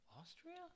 Austria